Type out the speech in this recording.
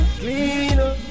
cleaner